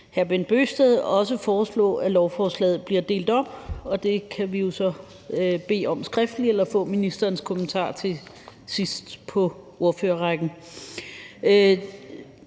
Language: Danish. hr. Bent Bøgsted også foreslå, at lovforslaget bliver delt op, og det kan vi jo så bede om skriftligt eller få ministerens kommentar til sidst på ordførerrækken.